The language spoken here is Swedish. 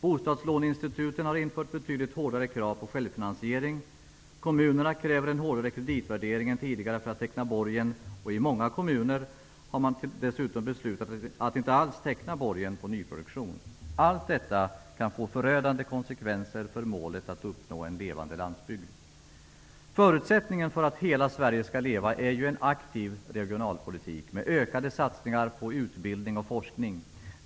Bostadslåneinstituten har infört betydligt hårdare krav på självfinansiering. Kommunerna kräver en hårdare kreditvärdering än tidigare för att teckna borgen. I många kommuner har man dessutom beslutat att inte alls teckna borgen för nyproduktion. Allt detta kan få förödande konsekvenser när det gäller målet att uppnå en levande landsbygd. Förutsättningen för att hela Sverige skall leva är att det förs en aktiv regionalpolitik med ökade satsningar på utbildning och forskning.